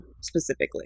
specifically